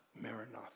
Maranatha